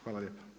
Hvala.